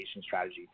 strategy